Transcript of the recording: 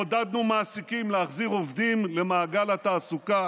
עודדנו מעסיקים להחזיר עובדים למעגל התעסוקה